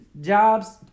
jobs